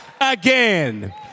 again